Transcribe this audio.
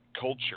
culture